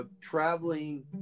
traveling